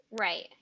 Right